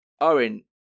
Owen